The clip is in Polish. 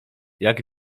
jak